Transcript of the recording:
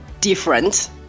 different